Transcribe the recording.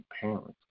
parents